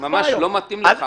אני מבקש, זה ממש לא מתאים לך.